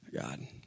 God